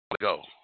go